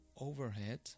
overhead